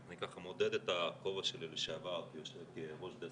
אני ככה מודד את הכובע שלי לשעבר כיושב ראש דסק